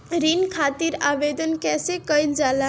ऋण खातिर आवेदन कैसे कयील जाला?